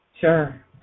Sure